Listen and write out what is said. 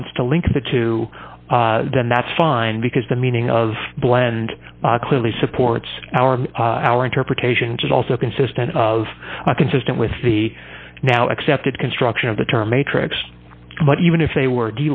wants to link the two then that's fine because the meaning of blend clearly supports our our interpretation which is also consistent of consistent with the now accepted construction of the term matrix but even if they were